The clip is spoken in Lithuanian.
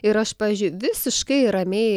ir aš pavyzdžiui visiškai ramiai